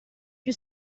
più